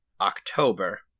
October